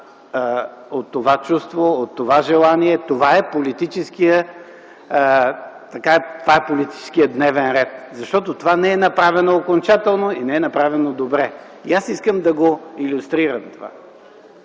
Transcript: от това чувство, от това желание. Това е политическият дневен ред. Защото това не е направено окончателно и не е направено добре. Искам да илюстрирам това.